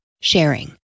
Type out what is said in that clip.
sharing